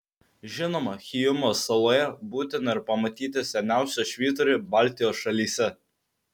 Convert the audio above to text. žinoma hyjumos saloje būtina ir pamatyti seniausią švyturį baltijos šalyse